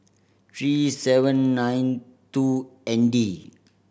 three seven nine two N D